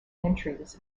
entries